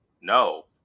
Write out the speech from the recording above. No